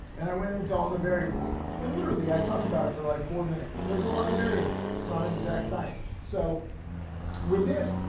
and i went into all the variables. and literally i talked about it for like four minutes. there's a lot of variables, it's not an exact science. so with this,